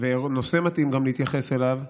ונושא מתאים להתייחס גם אליו,